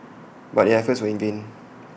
but their efforts were in vain